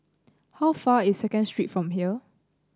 how far is Second Street from here